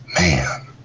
Man